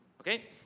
Okay